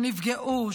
שנפגעו,